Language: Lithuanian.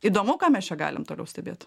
įdomu ką mes čia galim toliau stebėt